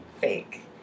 fake